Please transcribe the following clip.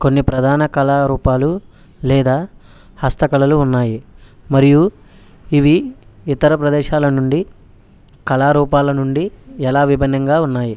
కొన్ని ప్రధాన కళారూపాలు హస్తకళలు ఉన్నాయి మరియు ఇవి ఇతర ప్రదేశాల నుండి కళారూపాల నుండి ఎలా విభిన్నంగా ఉన్నాయి